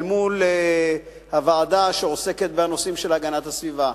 מול הוועדה שעוסקת בנושאים של הגנת הסביבה.